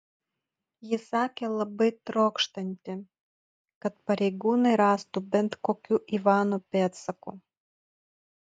ji sakė labai trokštanti kad pareigūnai rastų bent kokių ivano pėdsakų